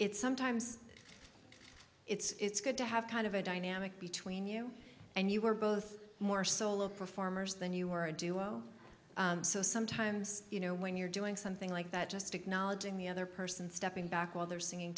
it's sometimes it's good to have kind of a dynamic between you and you were both more solo performers than you were a duo so sometimes you know when you're doing something like that just acknowledging the other person stepping back while they're singing